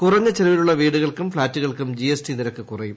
കുറഞ്ഞ ചെലവിലുള്ള വീടുകൾക്കും ഫ്ളാറ്റുകൾക്കും ജി എസ് ടി നിരക്ക് കുറയും